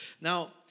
Now